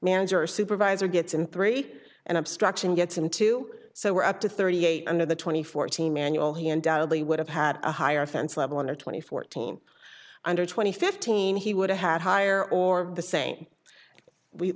manager or supervisor gets in three an obstruction gets into so we're up to thirty eight under the twenty fourteen manual he undoubtedly would have had a higher fence level under twenty fourteen under twenty fifteen he would have had higher or the same we